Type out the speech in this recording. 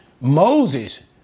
Moses